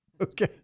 Okay